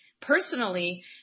personally